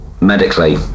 medically